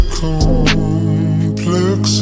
complex